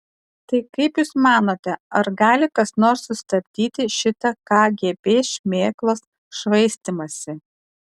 tai kaip jūs manote ar gali kas nors sustabdyti šitą kgb šmėklos švaistymąsi